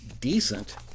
decent